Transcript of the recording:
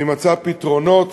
והיא מצאה פתרונות